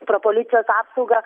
pro policijos apsaugą